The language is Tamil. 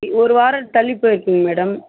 ஒரு வாரம் தள்ளி போயிருக்குதுங்க மேடம்